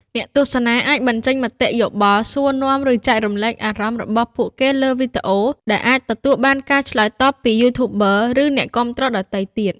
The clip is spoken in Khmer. អ្នកទស្សនាអាចបញ្ចេញមតិយោបល់ សួរនាំ ឬចែករំលែកអារម្មណ៍របស់ពួកគេលើវីដេអូ ដែលអាចទទួលបានការឆ្លើយតបពី YouTuber ឬអ្នកគាំទ្រដទៃទៀត។